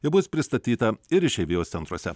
ji bus pristatyta ir išeivijos centruose